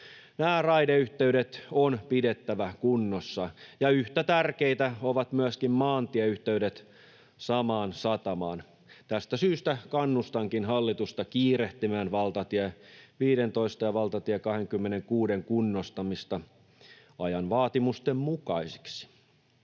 Nämä raideyhteydet on pidettävä kunnossa, ja yhtä tärkeitä ovat myöskin maantieyhteydet samaan satamaan. Tästä syystä kannustankin hallitusta kiirehtimään valtatie 15:n ja valtatie 26:n kunnostamista ajan vaatimusten mukaisiksi.